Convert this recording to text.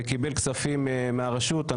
וקיבל כספים מהרשות,